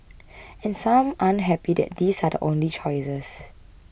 and some aren't happy that these are the only choices